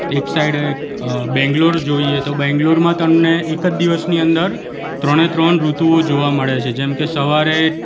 એક સાઈડ બેંગલોર જોઈએ તો બેંગલોર તમને એક જ દિવસની અંદર ત્રણે ત્રણ ઋતુઓ જોવા મળે છે જેમ કે સવારે